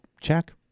check